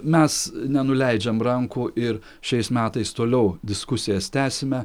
mes nenuleidžiam rankų ir šiais metais toliau diskusijas tęsime